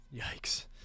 Yikes